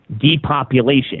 depopulation